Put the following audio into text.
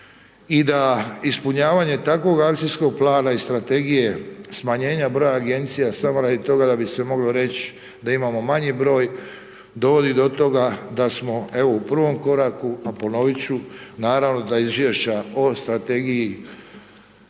i da ispunjavanje takvog akcijskog plana i strategije smanjenja broja agencija samo radi toga da bi se moglo reći da imamo manji broj, dovodi do toga da smo u prvom koraku a ponoviti ću, naravno da iz izvješća o ostvarivanju